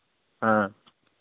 ᱦᱮᱸ